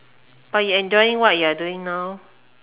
but you enjoying what you are doing now